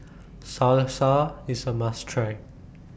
Salsa IS A must Try